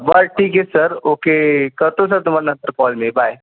बर ठीक आहे सर ओके करतो सर तुम्हाला नंतर कॉल मी बाय